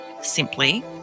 simply